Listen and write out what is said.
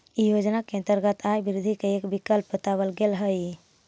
इ योजना के अंतर्गत आय वृद्धि भी एक विकल्प बतावल गेल हई